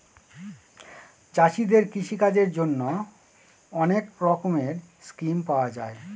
চাষীদের কৃষিকাজের জন্যে অনেক রকমের স্কিম পাওয়া যায়